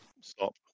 Stop